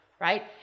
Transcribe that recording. Right